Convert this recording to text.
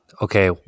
okay